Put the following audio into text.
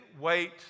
wait